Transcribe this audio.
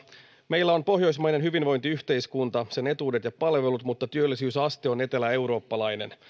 meillä on pohjoismainen hyvinvointiyhteiskunta sen etuudet ja palvelut mutta työllisyysaste on eteläeurooppalainen